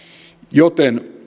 joten